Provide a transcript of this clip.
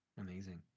Amazing